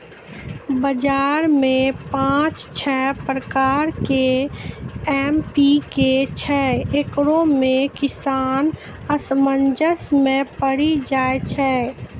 बाजार मे पाँच छह प्रकार के एम.पी.के छैय, इकरो मे किसान असमंजस मे पड़ी जाय छैय?